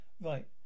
Right